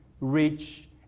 rich